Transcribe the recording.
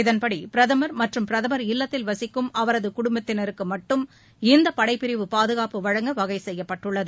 இதன்படி பிரதமர் மற்றும் பிரதமர் இல்லத்தில் வசிக்கும் அவரது குடும்பத்தினருக்கு மட்டும் இந்த படைப்பிரிவு பாதுகாப்பு வழங்க வகை செய்யப்பட்டுள்ளது